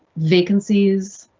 vacancies,